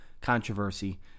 controversy